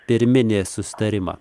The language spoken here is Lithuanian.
pirminį susitarimą